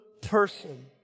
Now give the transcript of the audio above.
person